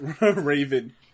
Raven